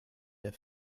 der